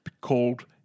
called